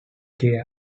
keir